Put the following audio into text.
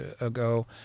ago